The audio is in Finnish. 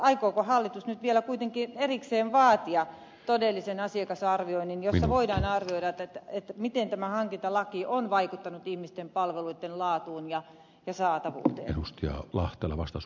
aikooko hallitus nyt vielä kuitenkin erikseen vaatia todellisen asiakasarvioinnin jossa voidaan arvioida miten tämä hankintalaki on vaikuttanut ihmisten palveluitten laatuun ja saatavuuteen